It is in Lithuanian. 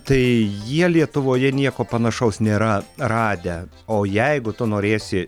tai jie lietuvoje nieko panašaus nėra radę o jeigu tu norėsi